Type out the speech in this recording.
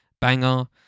Banger